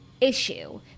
issue